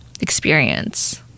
experience